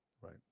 Right